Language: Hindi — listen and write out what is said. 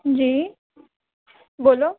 जी बोलो